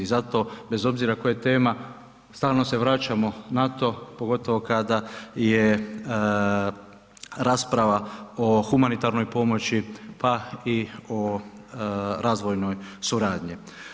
I zato bez obzira koja je tema stalno se vraćamo na to pogotovo kada je rasprava o humanitarnoj pomoći pa i o razvojnoj suradnji.